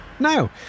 Now